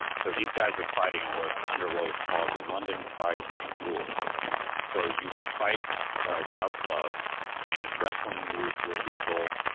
so these guys were fighting and under what was called the london prize ring rules so, you would fight without gloves and wrestling moves were legal.